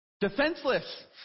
defenseless